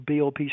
BOP